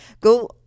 go